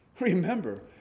Remember